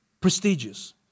prestigious